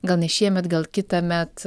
gal ne šiemet gal kitąmet